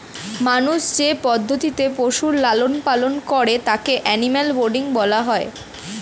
মানুষ যে পদ্ধতিতে পশুর লালন পালন করে তাকে অ্যানিমাল ব্রীডিং বলা হয়